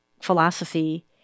philosophy